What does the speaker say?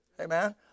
Amen